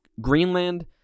Greenland